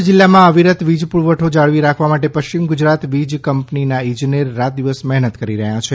કચ્છ જિલ્લા માં અવિરત વીજ પુરવઠો જાળવી રાખવા માટે પશ્ચિમ ગુજરાત વીજ કંપની ના ઇજનેર રાતદિવસ મહેનત કરી રહ્યા છે